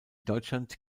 deutschland